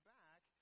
back